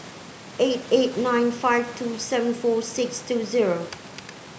eight eight nine five two seven four six two zero